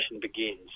begins